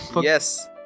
Yes